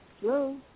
Hello